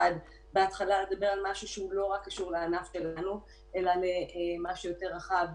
משהו שהוא לא רק קשור לענף שלנו אלא למשהו יותר רחב,